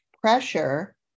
pressure